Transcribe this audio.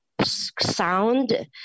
Sound